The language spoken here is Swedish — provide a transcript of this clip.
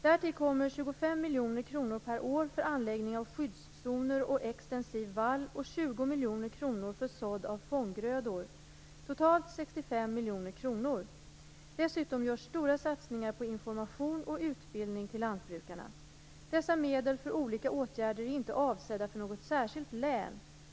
Därtill kommer 25 miljoner kronor per år för anläggning av skyddszoner och extensiv vall och 20 miljoner kronor för sådd av fånggrödor, totalt 65 miljoner kronor. Dessutom görs stora satsningar på information och utbildning till lantbrukarna. Dessa medel för olika åtgärder är inte avsedda för något särskilt län.